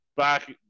Back